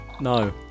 No